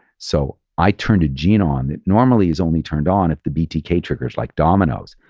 so i turned a gene on that normally is only turned on if the btk triggers like dominoes,